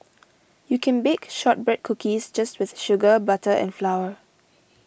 you can bake Shortbread Cookies just with sugar butter and flour